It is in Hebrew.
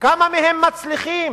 כמה מהם מצליחים?